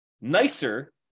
nicer